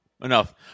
Enough